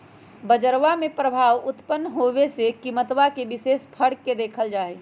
बजरवा में प्रभाव उत्पन्न होवे से कीमतवा में विशेष फर्क के देखल जाहई